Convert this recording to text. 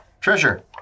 Treasure